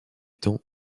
temps